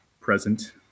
present